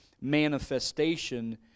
manifestation